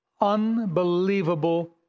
unbelievable